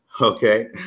Okay